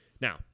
Now